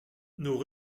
nos